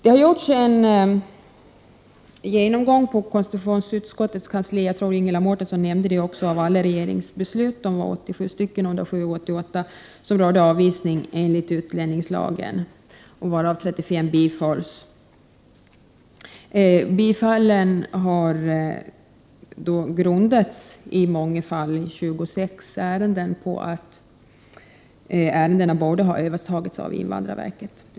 Det har gjorts en genomgång på konstitutionsutskottets kansli av alla regeringsbeslut, vilket jag tror att Ingela Mårtensson nämnde. Under 1987/88 var det 87 som rörde avvisning enligt utlänningslagen, och 35 av dessa bifölls. Bifallen har i 26 fall grundats på att ärendena borde ha övertagits av invandrarverket.